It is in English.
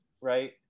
right